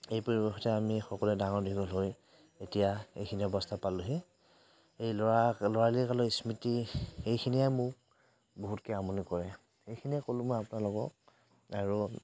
সেই পৰিৱেশতে আমি সকলোৱে ডাঙৰ দীঘল হৈ এতিয়া এইখিনি অৱস্থা পালোঁহি এই ল'ৰা ল'ৰালি কালৰ স্মৃতি এইখিনিয়ে মোক বহুতকৈ আমনি কৰে এইখিনিয়ে ক'লোঁ মই আপোনালোকক আৰু